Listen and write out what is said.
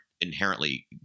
inherently